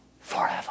forever